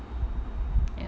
ya